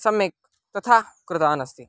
सम्यक् तथा कृतवान् अस्ति